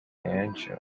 angel